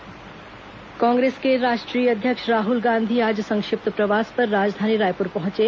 राहुल गांधी रायप्र कांग्रेस के राष्ट्रीय अध्यक्ष राहल गांधी आज संक्षिप्त प्रवास पर राजधानी रायपुर पहंचे